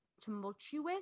tumultuous